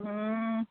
ꯎꯝ